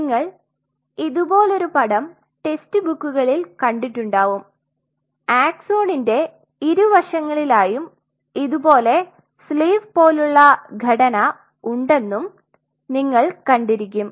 നിങ്ങൾ ഇതുപോലൊരു പടം ടെസ്റ്ബുക്കുകളിൽ കണ്ടിട്ടുണ്ടാവും അക്സൊണിന്റെ ഇരുവശങ്ങളിലായും ഇതുപോലെ സ്ലീവ് പോലുള്ള ഘടന ഉണ്ടെന്നും നിങ്ങൾ കണ്ടിരിക്കും